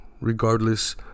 regardless